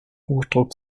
hochdruck